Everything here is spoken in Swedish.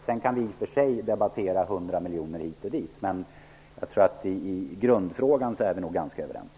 Sedan kan vi i och för sig debattera 100 miljoner hit eller dit. Men i grundfrågan är vi nog ganska överens.